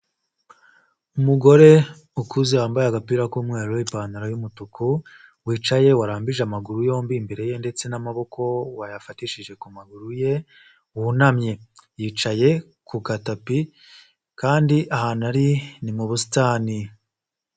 Umugore ukuze wambaye agapira k'umweru ipantaro y'umutuku wicaye warambije amaguru yombi, imbere ye ndetse n'amaboko wayafatishije ku maguru ye wunamye yicaye ku gatapi kandi aha ni mu busitani.